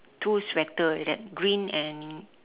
two sweater like that green and